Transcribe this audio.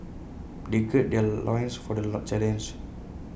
they gird their loins for the challenge